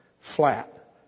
Flat